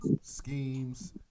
schemes